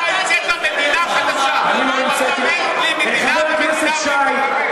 אתה המצאת מדינה חדשה: פרלמנט בלי מדינה ומדינה בלי פרלמנט.